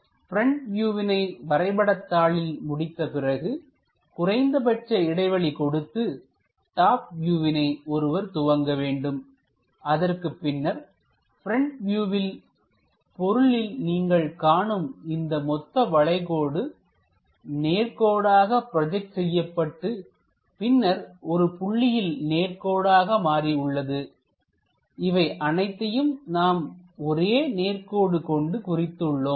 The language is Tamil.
ப்ரெண்ட் வியூவினை வரைபடத்தாளில் முடித்தபிறகு குறைந்தபட்ச இடைவெளி கொடுத்து டாப் வியூவினை ஒருவர் துவங்க வேண்டும் அதற்குப் பின்னர் ப்ரெண்ட் வியூவில்பொருளின் நீங்கள் காணும் இந்த மொத்த வளைகோடு நேர்கோடாக ப்ரோஜெக்ட் செய்யப்பட்டு பின்னர் ஒரு புள்ளியில் நேர்கோடாக மாறி உள்ளது இவை அனைத்தையும் நாம் ஒரே நேர் கோடு கொண்டு குறித்து உள்ளோம்